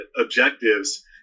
objectives